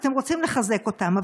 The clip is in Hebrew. אז אתם רוצים לחזק אותם.